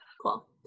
cool